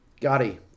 Gotti